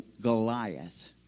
Goliath